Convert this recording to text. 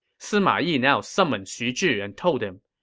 sima yi now summoned xu zhi and told him,